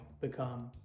become